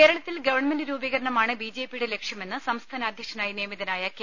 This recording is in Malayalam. കേരളത്തിൽ ഗവൺമെന്റ് രൂപീകരണമാണ് ബിജെപിയുടെ ലക്ഷ്യമെന്ന് സംസ്ഥാന അധ്യക്ഷനായി നിയമിതനായ കെ